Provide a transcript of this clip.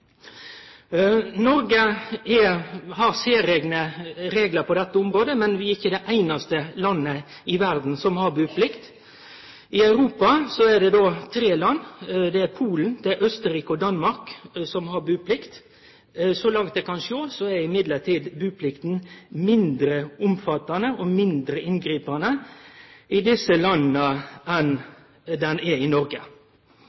Noreg har særeigne reglar på dette området, men vi er ikkje det einaste landet i verda som har buplikt. I Europa er det tre land til, Polen, Austerrike og Danmark, som har buplikt. Men så langt eg kan sjå, er buplikta mindre omfattande og mindre inngripande i desse landa